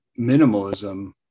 minimalism